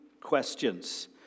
questions